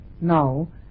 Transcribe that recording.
now